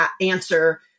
answer